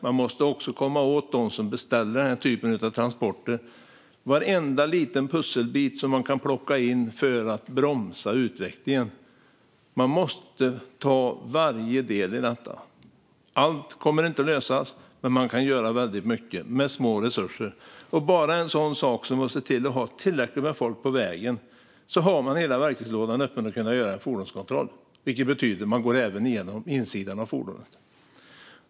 Man måste också komma åt dem som beställer den här typen av transporter. Man måste plocka in varenda liten pusselbit man kan för att bromsa utvecklingen. Man måste åtgärda varje del i detta. Allt kommer inte att lösas, men man kan göra väldigt mycket med små resurser. Har man bara tillräckligt med folk på vägen har man hela verktygslådan öppen för att kunna göra en fordonskontroll, vilket betyder att man även går igenom insidan av fordonet.